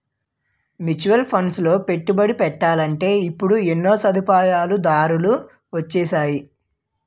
mutual ఫండ్లలో పెట్టుబడి పెట్టాలంటే ఇప్పుడు ఎన్నో సదుపాయాలు దారులు వొచ్చేసాయి